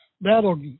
that'll